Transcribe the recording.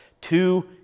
Two